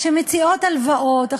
שמציעים הלוואות.